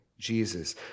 Jesus